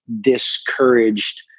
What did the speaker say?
discouraged